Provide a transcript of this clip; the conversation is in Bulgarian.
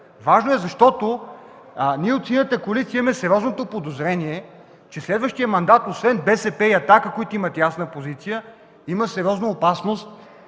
Важно е, защото ние от Синята коалиция имаме сериозното подозрение, че следващия мандат освен БСП и „Атака”, които имат ясна позиция, има сериозна опасност